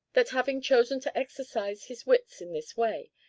that, having chosen to exercise his wits in this way,